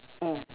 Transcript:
mm